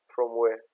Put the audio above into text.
from where